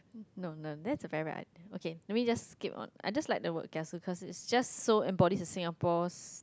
no no that's a very bad idea okay let me just skip on I just like the word kiasu cause it just so embodies the Singapore's